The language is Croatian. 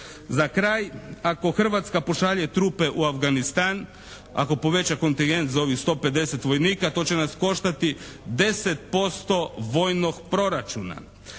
Za kraj, ako Hrvatska pošalje trupe u Afganistan, ako poveća kontingent za ovih sto pedeset vojnika to će nas koštati 10% vojnog proračuna.